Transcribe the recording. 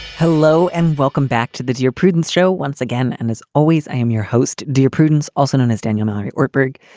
hello and welcome back to the dear prudence show once again. and as always, i'm your host, dear prudence, also known as daniel mallory ortberg.